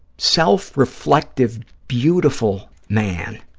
self-reflective, beautiful man.